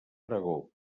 aragó